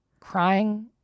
crying